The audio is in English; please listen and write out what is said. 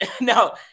No